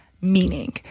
meaning